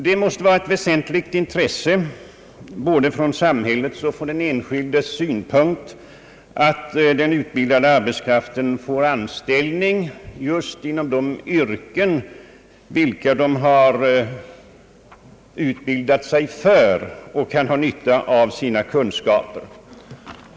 Det måste vara ett väsentligt intresse från både samhällets och den enskildes synpunkt att den utbildade arbetskraften får anställning just inom de yrken som den har utbildat sig för och där den kan ha nytta av sina kunskaper.